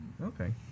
Okay